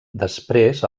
després